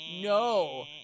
No